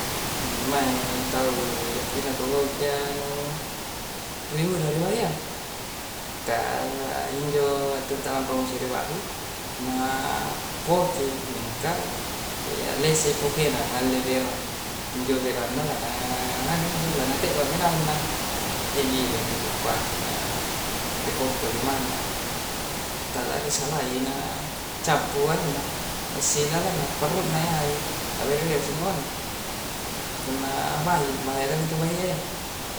Eemaing tau riampi'na kokongkuiyya nu ri huno ri bahia. Kaa injo hattunta lampa ngusiri bahi, naa pokei mingkaaa, ealesse'i pokena, ngalle berang. Injo berangna naa naanu mi injo, lana tebba' mi naung na egiling dilumpaki naa rikokko limanna. Talarisalai na cappu anunna assi lalanna, parrunnayyai tabbere' berese injo mae. Punna bahi, bahaya kalea intu bahiayya.